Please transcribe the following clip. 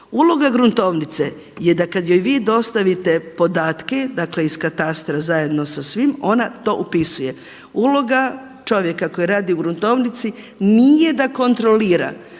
Uloga gruntovnice je da kada joj vi dostavite podatke, dakle iz katastra zajedno sa svim ona to upisuje. Uloga čovjeka koji radi u gruntovnici nije da kontrolira